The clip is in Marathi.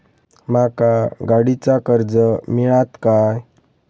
माका गाडीचा कर्ज मिळात काय?